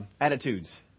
attitudes